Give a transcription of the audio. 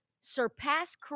surpassed